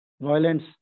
violence